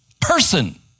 person